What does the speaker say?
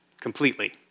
Completely